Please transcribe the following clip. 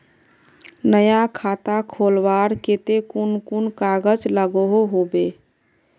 नया खाता खोलवार केते कुन कुन कागज लागोहो होबे?